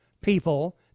people